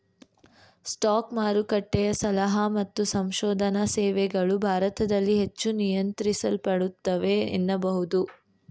stock ಮಾರುಕಟ್ಟೆಯ ಸಲಹಾ ಮತ್ತು ಸಂಶೋಧನಾ ಸೇವೆಗಳು ಭಾರತದಲ್ಲಿ ಹೆಚ್ಚು ನಿಯಂತ್ರಿಸಲ್ಪಡುತ್ತವೆ ಎನ್ನಬಹುದು